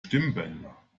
stimmbänder